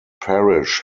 parish